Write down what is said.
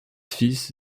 fils